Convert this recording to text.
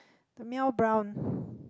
the mail brown